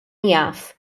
jaf